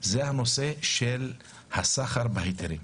הוא הנושא של הסחר בהיתרים,